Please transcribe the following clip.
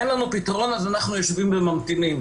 אין לנו פתרון אז אנחנו יושבים וממתינים.